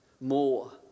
more